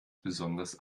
besonders